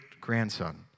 grandson